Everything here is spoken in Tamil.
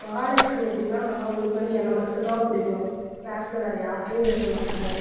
மகாலெக்ஷ்மி எப்படின்னா அவங்களுக்கு வந்து என்ன மட்டும் தான் பிடிக்கும் கிளாஸில் வேறு யார்ட்டயும் பேச மாட்டாங்க